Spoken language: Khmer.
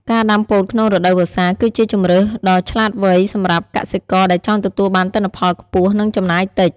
ការដាំពោតក្នុងរដូវវស្សា គឺជាជម្រើសដ៏ឆ្លាតវៃសម្រាប់កសិករដែលចង់ទទួលបានទិន្នផលខ្ពស់ និងចំណាយតិច។